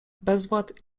bezwład